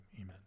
amen